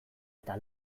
eta